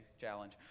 challenge